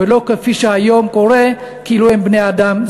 ולא כפי שהיום קורה, כאילו הם לא בני-אדם.